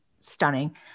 stunning